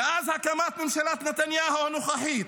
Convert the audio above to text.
"מאז הקמת ממשלת נתניהו הנוכחית,